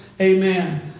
Amen